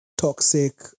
Toxic